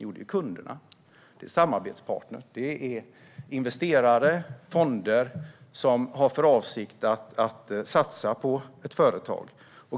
Jo, det är kunder, samarbetspartner, investerare och fonder som har för avsikt att satsa på ett företag.